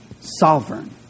sovereign